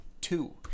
two